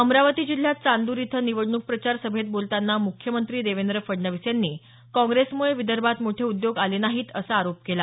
अमरावती जिल्ह्यात चांदूर रेल्वे इथं निवडणूक प्रचार सभेत बोलतांना मुख्यमंत्री देवेंद्र फडणवीस यांनी काँग्रेसमुळे विदर्भात मोठे उद्योग आले नाहीत असा आरोप केला